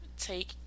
take